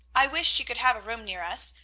i wish she could have a room near us.